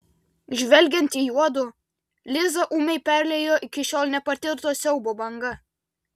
žvelgiant į juodu lizą ūmai perliejo iki šiol nepatirto siaubo banga